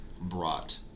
brought